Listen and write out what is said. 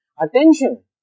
attention